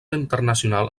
internacional